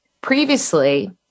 Previously